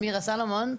מירה סולומון,